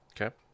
Okay